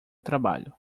trabalho